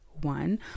one